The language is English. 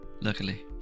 luckily